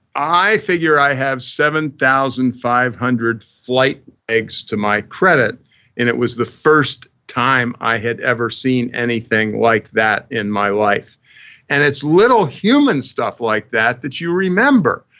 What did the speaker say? i figure i have seven thousand five hundred flights legs to my credit and it was the first time i had ever seen anything like that in my life and it's little human stuff like that, that you remember.